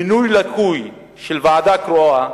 מינוי לקוי של ועדה קרואה,